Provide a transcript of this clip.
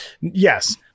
Yes